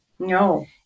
No